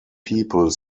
people